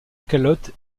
calotte